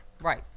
Right